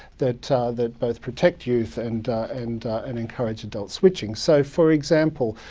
that ah that both protect youth and and and encourage adults switching. so, for example,